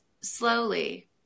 slowly